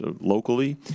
locally